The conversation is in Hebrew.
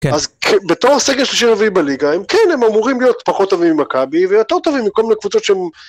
כן, אז בתור סגל שלישי רביעי בליגה, הם כן, הם אמורים להיות פחות טובים ממכבי ויותר טובים מכל מיני קבוצות שהם...